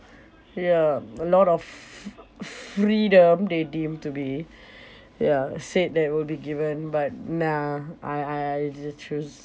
ya a lot of f~ freedom they deem to be ya said that will be given but nah I I I just choose